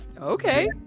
Okay